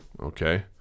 Okay